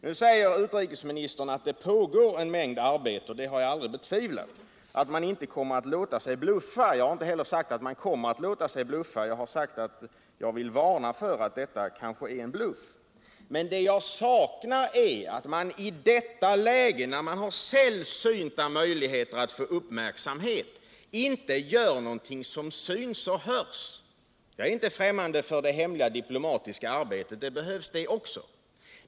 Nu säger utrikesministern att det pågår cen mängd arbete. Det har jag aldrig betvivlat. Hon säger också att man inte kommer att låta sig bluffas. Jag har aldrig sagt att man kommer att låta sig bluffas, jag har sagt att jag vill varna för att det kanske är en bluff. Det jag saknar är att man i detta läge, när man har sällsynta möjligheter att få uppmärksamhet, inte gör någonting som syns och hörs. Jag är inte främmande för det hemliga diplomatiska arbetet. Det behövs också.